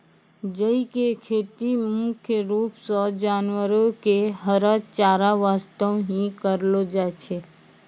जई के खेती मुख्य रूप सॅ जानवरो के हरा चारा वास्तॅ हीं करलो जाय छै